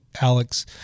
Alex